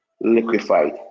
liquefied